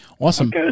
Awesome